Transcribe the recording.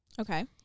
Okay